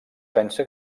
pensa